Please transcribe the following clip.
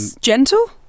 gentle